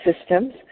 systems